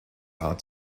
out